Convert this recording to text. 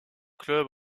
club